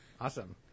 awesome